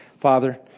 Father